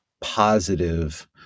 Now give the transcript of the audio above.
positive